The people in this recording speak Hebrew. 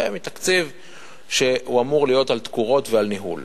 זה מתקציב שאמור להיות על תקורות ועל ניהול.